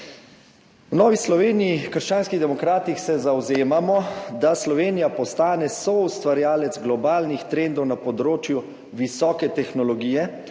V Novi Sloveniji – krščanskih demokratih se zavzemamo, da Slovenija postane soustvarjalec globalnih trendov na področju visoke tehnologije,